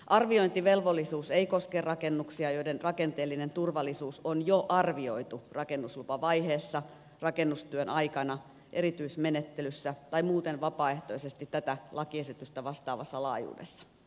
arviointivelvollisuus ei koske rakennuksia joiden rakenteellinen turvallisuus on jo arvioitu rakennuslupavaiheessa rakennustyön aikana erityismenettelyssä tai muuten vapaaehtoisesti tätä lakiesitystä vastaavassa laajuudessa